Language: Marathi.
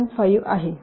5 आहे